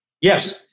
Yes